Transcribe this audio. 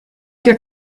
your